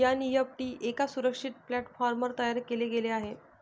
NEFT एका सुरक्षित प्लॅटफॉर्मवर तयार केले गेले आहे